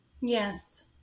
Yes